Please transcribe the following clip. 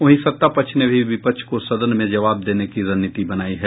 वहीं सत्तापक्ष ने भी विपक्ष को सदन में जवाब देने की रणनीति बनायी है